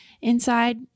inside